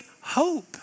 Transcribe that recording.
hope